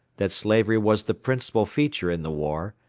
that slavery was the principal feature in the war,